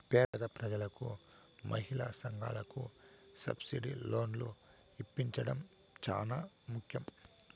పేద ప్రజలకు మహిళా సంఘాలకు సబ్సిడీ లోన్లు ఇప్పించడం చానా ముఖ్యం